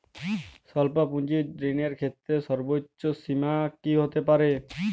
স্বল্প পুঁজির ঋণের ক্ষেত্রে সর্ব্বোচ্চ সীমা কী হতে পারে?